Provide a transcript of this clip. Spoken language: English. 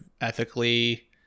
ethically